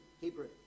Hebrew